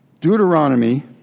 Deuteronomy